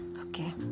Okay